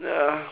uh